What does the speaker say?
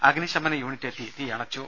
അഗ്നിശമന യൂണിറ്റ് എത്തി തീയണച്ചു